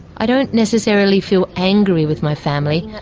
i don't necessarily feel angry with my family.